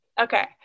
Okay